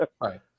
Right